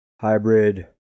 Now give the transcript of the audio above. hybrid